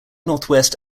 northwest